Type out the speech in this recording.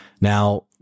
Now